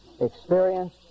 experience